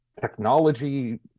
technology